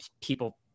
people